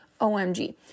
OMG